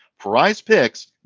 PrizePicks